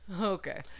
Okay